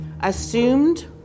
assumed